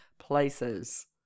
places